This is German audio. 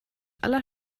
aller